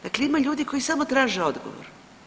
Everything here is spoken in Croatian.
Dakle, ima ljudi koji samo traže odgovor.